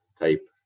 type